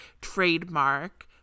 trademark